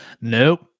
Nope